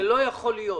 זה לא יכול להיות.